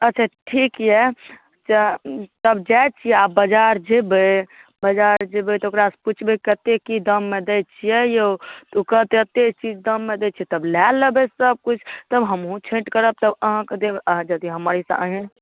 अच्छा ठीक अइ तऽ तब जाइ छी आब बजार जेबै बजार जेबै तऽ ओकरासँ पुछबै कि कतेक की दाममे दै छिए औ तऽ ओ कहतै एतेक चीज दाममे दै छी तब लऽ लेबै सबकिछु तऽ हमहूँ छइठ करब तऽ अहाँके देब अहाँ जदि हमर हिस्सा अहीँ